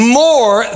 more